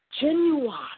genuine